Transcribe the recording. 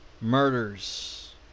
murders